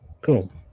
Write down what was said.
Cool